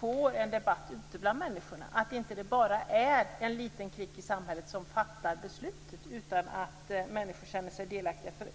får en debatt ute bland människorna. Det är viktigt att det inte bara är en liten klick i samhället som fattar beslutet utan att människor känner sig delaktiga.